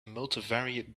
multivariate